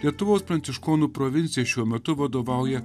lietuvos pranciškonų provincija šiuo metu vadovauja